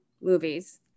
movies